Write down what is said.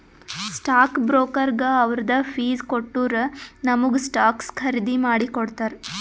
stock ಬ್ರೋಕರ್ಗ ಅವ್ರದ್ fees ಕೊಟ್ಟೂರ್ ನಮುಗ ಸ್ಟಾಕ್ಸ್ ಖರ್ದಿ ಮಾಡಿ ಕೊಡ್ತಾರ್